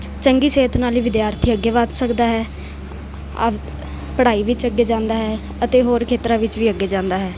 ਚੰਗੀ ਸਿਹਤ ਨਾਲ ਹੀ ਵਿਦਿਆਰਥੀ ਅੱਗੇ ਵੱਧ ਸਕਦਾ ਹੈ ਆਪ ਪੜ੍ਹਾਈ ਵਿੱਚ ਅੱਗੇ ਜਾਂਦਾ ਹੈ ਅਤੇ ਹੋਰ ਖੇਤਰਾਂ ਵਿੱਚ ਵੀ ਅੱਗੇ ਜਾਂਦਾ ਹੈ